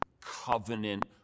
covenant